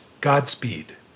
Godspeed